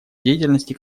деятельности